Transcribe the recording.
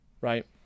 right